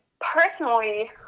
personally